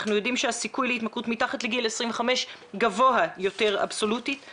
אנחנו יודעים שהסיכוי להתמכרות מתחת לגיל 25 אבסולוטית גבוה יותר.